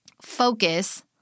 focus